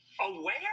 Aware